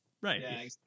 Right